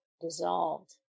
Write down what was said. dissolved